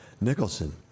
Nicholson